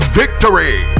victory